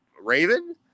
Raven